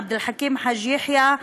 עבד אל חכים חאג' יחיא,